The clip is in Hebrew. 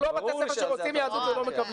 הוויכוח הוא לא בתי ספר שרוצים יהדות ולא מקבלים.